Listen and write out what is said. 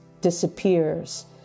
disappears